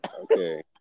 Okay